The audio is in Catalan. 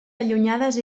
allunyades